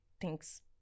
Thanks